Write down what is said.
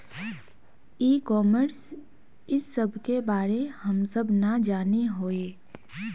ई commerce इस सब के बारे हम सब ना जाने हीये?